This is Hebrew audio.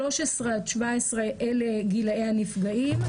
13 עד 17, אלה גילאי הנפגעים.